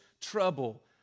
trouble